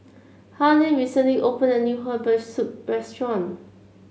Harlene recently opened a new Herbal Soup restaurant